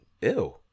ew